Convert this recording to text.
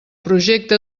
projecte